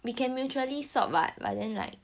we can mutually sort but but then like